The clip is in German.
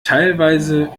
teilweise